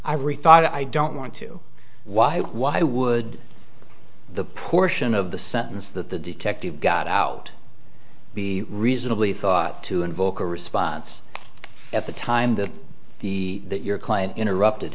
rethought i don't want to why why would the portion of the sentence that the detective got out be reasonably thought to invoke a response at the time that the your client interrupted